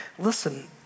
listen